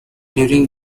during